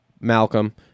Malcolm